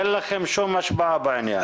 אין לכם שום השפעה בעניין.